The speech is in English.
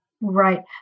Right